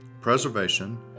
preservation